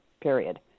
period